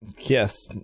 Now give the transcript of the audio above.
Yes